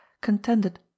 contended